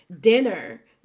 dinner